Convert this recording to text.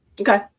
Okay